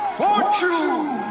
fortune